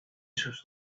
sus